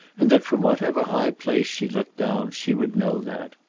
and that from whatever high place she looked down she would know that.